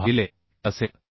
7d भागिले t असेल